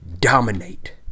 Dominate